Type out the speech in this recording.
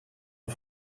een